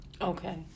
Okay